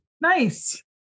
Nice